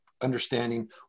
understanding